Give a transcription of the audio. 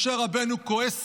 משה רבנו כעס